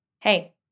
Hey